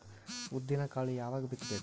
ಉದ್ದಿನಕಾಳು ಯಾವಾಗ ಬಿತ್ತು ಬೇಕು?